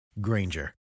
Granger